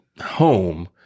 home